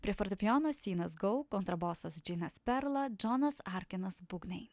prie fortepijono synas gou kontrabosas džinas perla džonas arkinas būgnai